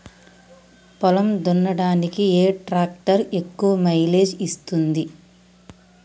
పొలం దున్నడానికి ఏ ట్రాక్టర్ ఎక్కువ మైలేజ్ ఇస్తుంది?